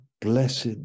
blessed